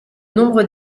nombre